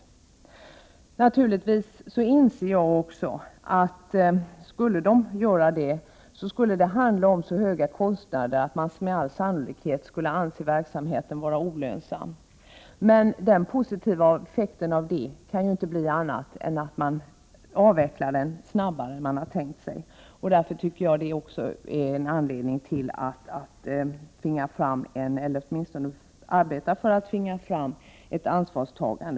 26 april 1989 Naturligtvis inser också jag att om den skulle göra det, skulle det leda till så HH höga kostnader, att man med all sannolikhet skulle anse verksamheten Tntocksengar bostads. olönsam. En positiv effekt av detta kan ju inte bli annat än att kärnkraften rede avvecklas snabbare än man har tänkt sig. Det är också en anledning till att arbeta för att tvinga kärnkraftsindustrin att ta ansvar.